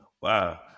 Wow